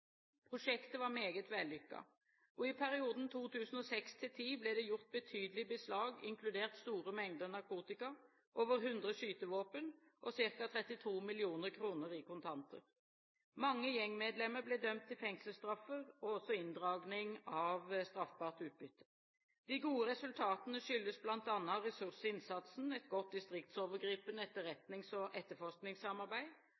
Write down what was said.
Prosjektet var meget vellykket. I perioden 2006–2010 ble det gjort betydelige beslag, inkludert store mengder narkotika, over 100 skytevåpen og ca. 32 mill. kr i kontanter. Mange gjengmedlemmer ble dømt til fengselsstraffer og også til inndragning av straffbart utbytte. De gode resultatene skyldes bl.a. ressursinnsatsen, et godt distriktsovergripende